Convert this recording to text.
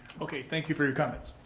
okay, thank you for your comments.